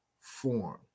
form